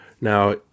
Now